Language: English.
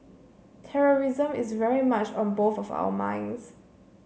terrorism is very much on both of our minds